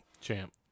Champ